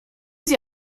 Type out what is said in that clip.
sie